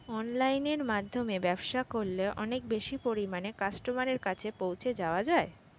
অনলাইনের মাধ্যমে ব্যবসা করলে অনেক বেশি পরিমাণে কাস্টমারের কাছে পৌঁছে যাওয়া যায়?